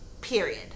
period